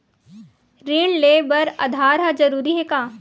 ऋण ले बर आधार ह जरूरी हे का?